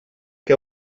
què